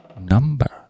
number